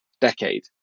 decade